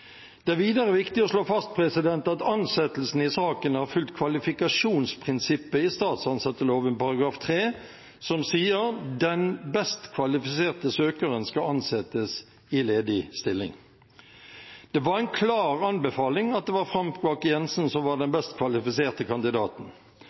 Det er videre viktig å slå fast at ansettelsen i saken har fulgt kvalifikasjonsprinsippet i statsansatteloven § 3, som sier at den best kvalifiserte søkeren skal ansettes i ledig stilling. Det var en klar anbefaling at det var Frank Bakke-Jensen som var den